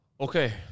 Okay